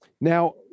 Now